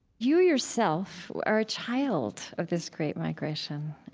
you, yourself, are a child of this great migration.